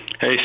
Hey